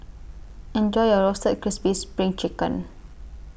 Enjoy your Roasted Crispy SPRING Chicken